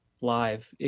live